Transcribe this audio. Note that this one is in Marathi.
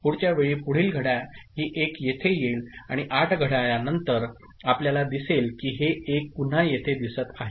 पुढच्या वेळी पुढील घड्याळ ही 1 येथे येईल आणि 8 घड्याळानंतर आपल्याला दिसेल की हे 1 पुन्हा येथे दिसत आहे